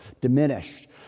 diminished